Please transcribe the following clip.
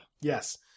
Yes